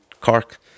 Cork